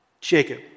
Jacob